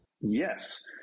Yes